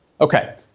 Okay